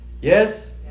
Yes